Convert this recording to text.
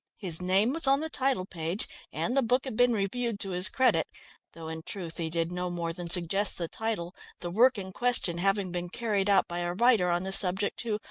his name was on the title page and the book had been reviewed to his credit though in truth he did no more than suggest the title the work in question having been carried out by a writer on the subject who,